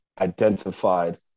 identified